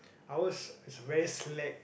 ours is a very slack